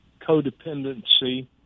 codependency